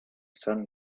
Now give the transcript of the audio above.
sun